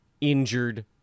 injured